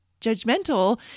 judgmental